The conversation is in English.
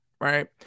right